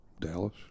Dallas